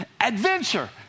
Adventure